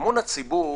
אמון הציבור